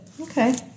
Okay